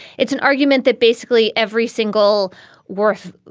it's an argument that basically every single worth,